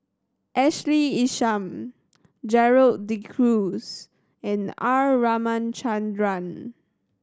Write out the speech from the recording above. Ashley Isham Gerald De Cruz and R Ramachandran